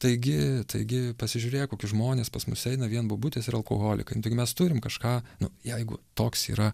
taigi taigi pasižiūrėk kokie žmonės pas mus eina vien bobutės ir alkoholikai nu taigi mes turim kažką nu jeigu toks yra